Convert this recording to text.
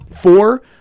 Four